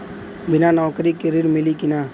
बिना नौकरी के ऋण मिली कि ना?